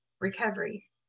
recovery